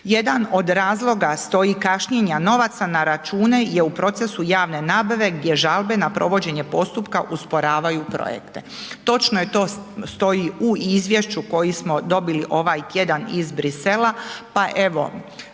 Jedan od razloga stoji kašnjenja novaca na račune je u procesu javne nabave gdje žalbe na provođenje postupka usporavaju projekte. Točno je to, stoji u izvješću koji smo dobili ovaj tjedan iz Brisela,